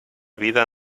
vida